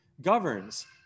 governs